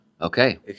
Okay